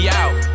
out